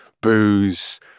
booze